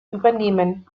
übernehmen